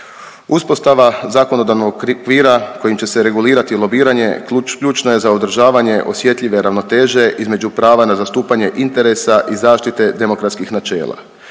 uspostava zakonodavnog okvira kojim će se regulirati lobiranje ključno je za održavanje osjetljive ravnoteže između prava na zastupanje interesa i zaštite demokratskih načela.